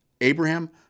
Abraham